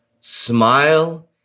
Smile